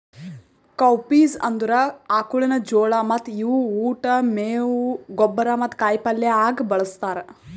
cowpeas ಅಂದುರ್ ಆಕುಳಿನ ಜೋಳ ಮತ್ತ ಇವು ಉಟ್, ಮೇವು, ಗೊಬ್ಬರ ಮತ್ತ ಕಾಯಿ ಪಲ್ಯ ಆಗ ಬಳ್ಸತಾರ್